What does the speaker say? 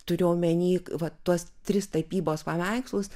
turiu omeny va tuos tris tapybos paveikslus